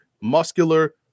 muscular